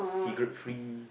cigarette free